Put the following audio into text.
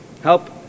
help